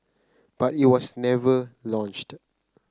but it was never launched